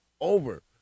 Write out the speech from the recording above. over